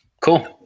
Cool